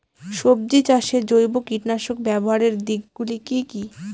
সবজি চাষে জৈব কীটনাশক ব্যাবহারের দিক গুলি কি কী?